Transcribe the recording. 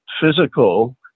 physical